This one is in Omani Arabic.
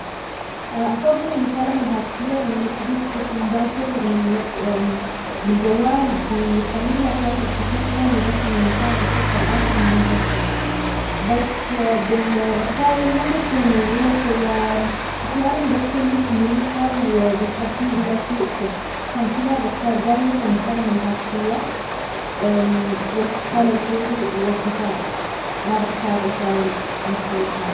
أفضل إرسال رسالة نصية. لأنني أقدر أكتب وأفكر جيدًا في كلامي، وأرسلها في الوقت اللي يناسبني. المكالمات الهاتفية أحيانًا تكون مفاجئة أو تفرض علي التفاعل بسرعة، بينما الرسالة تمنحني وقتًا للتعبير بشكل أفضل.